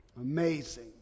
Amazing